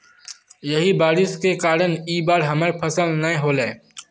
यही बारिश के कारण इ बार हमर फसल नय होले?